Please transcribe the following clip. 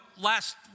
last